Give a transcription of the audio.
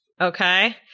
okay